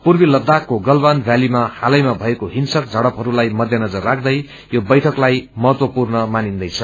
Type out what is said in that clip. पूर्वी लदुदाखको गलवान भ्यालीमा हालैमा भएको हिम्रक झड़पहस्ताई मध्यनजर राख्दै यो वैठकलाई महत्वपूर्ण मानिन्देछ